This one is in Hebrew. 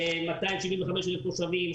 270,000 תושבים,